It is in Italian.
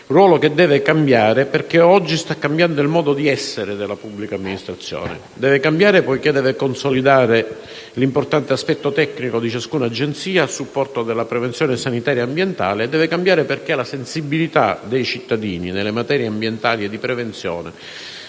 ruolo che deve cambiare perché oggi sta cambiando il modo di essere della pubblica amministrazione. Deve cambiare poiché deve consolidare l'importante aspetto tecnico di ciascuna Agenzia a supporto della prevenzione sanitaria e ambientale; deve cambiare poiché la sensibilità dei cittadini, nelle materie ambientali e di prevenzione